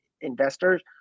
investors